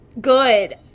good